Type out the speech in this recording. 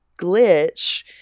glitch